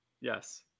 Yes